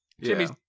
Jimmy's